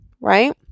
Right